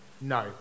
No